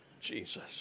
Jesus